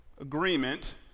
agreement